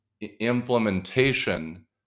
implementation